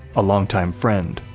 a longtime friend,